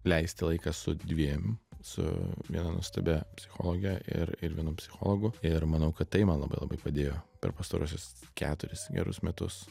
leisti laiką su dviem su viena nuostabia psichologe ir ir vienu psichologu ir manau kad tai man labai labai padėjo per pastaruosius keturis gerus metus